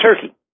turkey